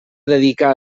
dedicar